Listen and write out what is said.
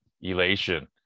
elation